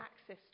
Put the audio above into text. access